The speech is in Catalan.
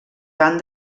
van